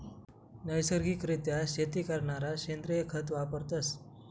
नैसर्गिक रित्या शेती करणारा सेंद्रिय खत वापरतस